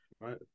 Right